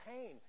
pain